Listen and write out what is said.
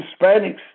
Hispanics